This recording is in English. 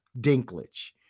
Dinklage